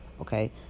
Okay